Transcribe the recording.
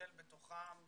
הסוכנות פעילה בתחומים